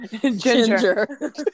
ginger